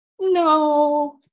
no